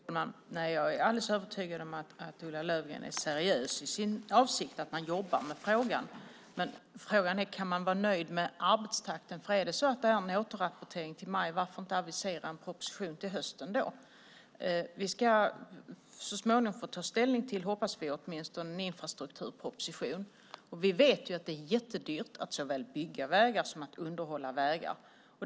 Fru talman! Jag är alldeles övertygad om att Ulla Löfgren är seriös i sin avsikt, att man jobbar med frågan. Men frågan är: Kan man vara nöjd med arbetstakten? Om det är en återrapportering i maj undrar jag: Varför kan man inte avisera en proposition till hösten? Vi ska så småningom ta ställning till - det hoppas vi åtminstone - en infrastrukturproposition. Vi vet att det är jättedyrt att såväl bygga som underhålla vägar.